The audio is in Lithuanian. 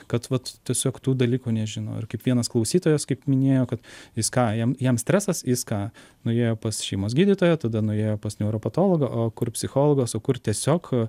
kad vat tiesiog tų dalykų nežino ir kaip vienas klausytojas kaip minėjo kad jis ką jam jam stresas jis ką nuėjo pas šeimos gydytoją tada nuėjo pas neuropatologą o kur psichologas o kur tiesiog